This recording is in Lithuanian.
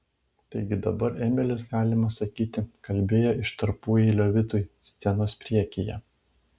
taigi dabar emilis galima sakyti kalbėjo iš tarpueilio vitui scenos priekyje